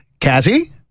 Cassie